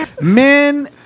Men